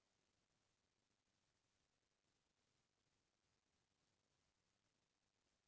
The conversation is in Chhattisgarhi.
बरसा सुरू होए के पहिली बांस लगाए म जादा झटकुन होथे